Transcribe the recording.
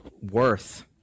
worth